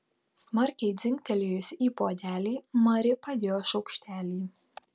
smarkiai dzingtelėjusi į puodelį mari padėjo šaukštelį